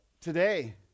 today